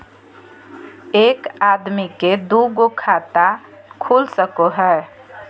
एक आदमी के दू गो खाता खुल सको है?